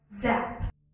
ZAP